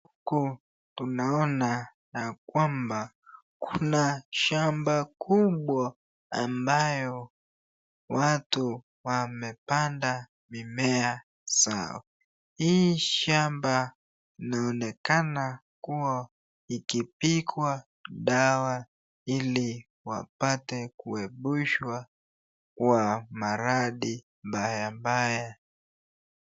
Huku tunaona ya kwamba kuna shamba kubwa ambayo watu wamepanda mimea zao, hii shamba inaonekana kuwa ikipigwa dawa ili wapate kuepushwa kwa maradhi mbaya mbaya.